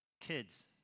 Kids